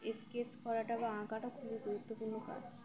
sketch করাটা বা আঁকাটা খুবই গুরুত্বপূর্ণ কাজ